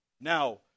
Now